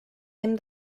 hem